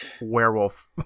werewolf